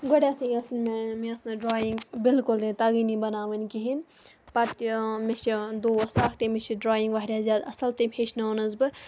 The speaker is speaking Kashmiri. گۄڈٮ۪تھٕے یُس میٛٲنۍ مےٚ ٲس نہٕ ڈرٛایِنٛگ بلکُلٕے تَگٲنی بَناوٕنۍ کِہیٖنۍ پَتہٕ یہِ مےٚ چھِ دوس اَکھ تٔمِس چھِ ڈرٛایِنٛگ واریاہ زیادٕ اَصٕل تٔمۍ ہیٚچھنٲونَس بہٕ